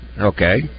Okay